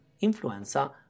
influenza